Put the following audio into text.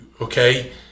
okay